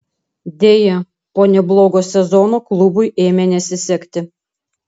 deja po neblogo sezono klubui ėmė nesisekti